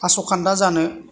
आस'खान्दा जानो